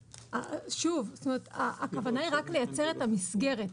שוב, הכוונה היא רק לייצר את המסגרת.